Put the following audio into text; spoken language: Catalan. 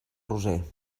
roser